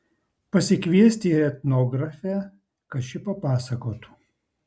pasikviesti etnografę kad ši papasakotų